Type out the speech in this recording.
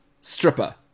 stripper